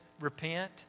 repent